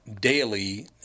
daily